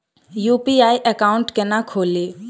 UPI account केना खोलि?